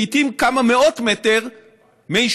ולעיתים כמה מאות מטר מיישובים.